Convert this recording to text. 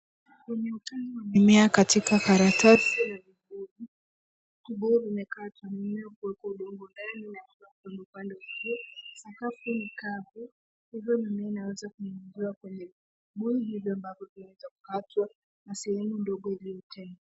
Kwenye utando wa mimea katika karatasi na vibuyu. Kibuyu vimekatwa, mimea imewekwa udongo ndani na kupandwa upande wa juu. Sakafu ni kavu. Hivyo mimea inaweza kunyunyiziwa kwenye vibuyu hivi ambavyo vimeweza kukatwa na sehemu ndogo iliyotengwa.